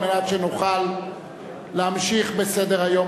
כדי שנוכל להמשיך בסדר-היום,